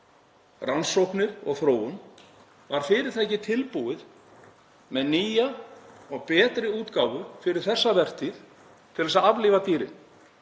rannsóknir og þróun, var fyrirtækið tilbúið með nýja og betri útgáfu fyrir þessa vertíð til að aflífa dýrin